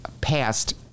passed